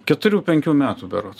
keturių penkių metų berods